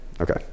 Okay